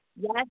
Yes